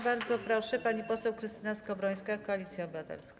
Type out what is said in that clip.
Bardzo proszę, pani poseł Krystyna Skowrońska, Koalicja Obywatelska.